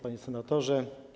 Panie Senatorze!